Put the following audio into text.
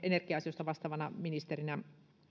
energia asioista vastaavana ministerinä